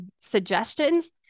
suggestions